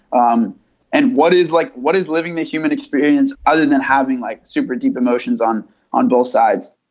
um and what is like what is living the human experience other than having like super deep emotions on on both sides.